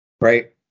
Right